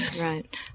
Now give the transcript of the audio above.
right